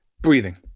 breathing